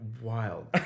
Wild